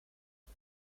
het